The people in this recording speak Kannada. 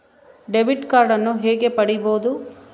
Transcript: ಡೆಬಿಟ್ ಕಾರ್ಡನ್ನು ಹೇಗೆ ಪಡಿಬೋದು?